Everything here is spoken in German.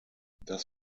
das